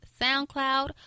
SoundCloud